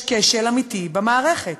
יש כשל אמיתי במערכת.